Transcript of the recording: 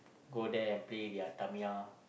go there and play their Tamiya